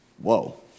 Whoa